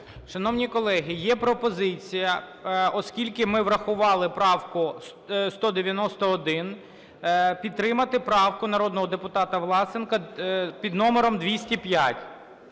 Шановні колеги, є пропозиція, оскільки ми врахували правку 191, підтримати правку народного депутата Власенка під номером 205.